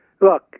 Look